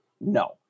No